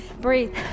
Breathe